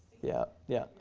yeah, yeah.